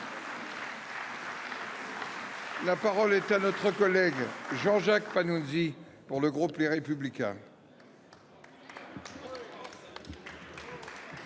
La parole est à M. Jean Jacques Panunzi, pour le groupe Les Républicains.